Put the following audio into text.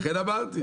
לכן אמרתי.